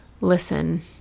Listen